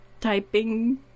Typing